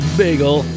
bagel